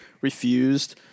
refused